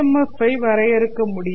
F I வரையறுக்க முடியும்